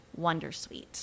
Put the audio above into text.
Wondersuite